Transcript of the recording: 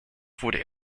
wurde